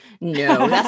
No